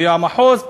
והמחוז,